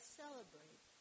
celebrate